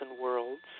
worlds